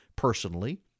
personally